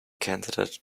candidate